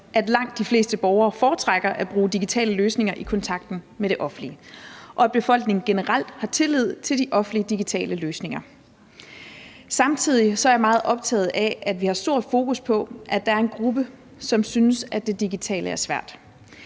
at langt de fleste borgere foretrækker at bruge digitale løsninger i kontakten med det offentlige, og at befolkningen generelt har tillid til de offentlige digitale løsninger. Samtidig er jeg meget optaget af, at vi har stort fokus på, at der er en gruppe, som synes, at det digitale er svært.